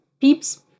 peeps